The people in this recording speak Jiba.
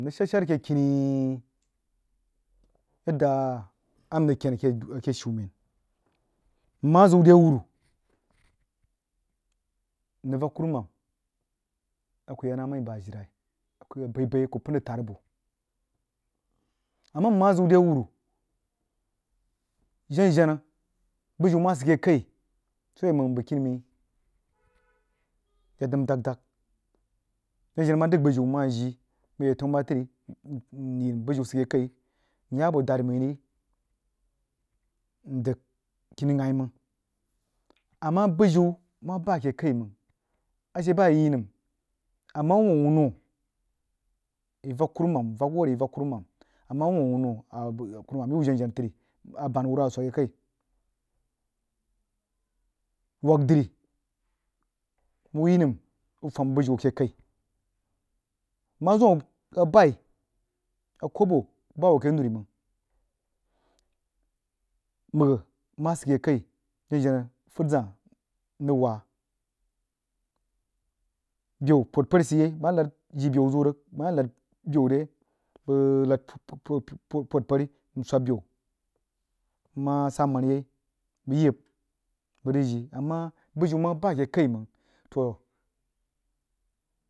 Keh kini yadda am rig ken a ke shumen nma zuu de wuru nrig vak kurumam a ku yi namai bah jire nai a kuh abai-bai a kuh pan zəg buoh amma nma ziu re wuru jen-jenna biyui ma sid keh kai soo awoi mang bugkini mai yeid nəm dag dag jen-jenna ma dagha buyiu nma jii, bəg ya tannu buban tri nyi nəm biyiu sid keh kai nyabo dad mai ri ndog kini yanhyi məng amma bujiu ma ba ke kai məng ashe bah iyi nəm ama wuh wuoh wunro yi vak kurumam nvak wuh ri yi vak kunumam ama wuh-wuoh-wunno kurumam ye wuh jin-jenna tri a band wurwa swək keh kai wagha dri wuh yi nəm a fam bijiu keh kai ma zim a bai a kobo ku bah wuh keh nuri məng, magha ma sid keh kai jen-jenna rig fád zaá nrig wah biyau pod-pori sid yei jii biyau zru nig bəg ma ye lad biyaure bəg lad pod pod pori nswabba biyau nma sa manna yei bəg yebba bəg ng jii ama bujiu ma ba koh kai məng toh.